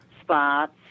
spots